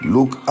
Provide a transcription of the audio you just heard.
Look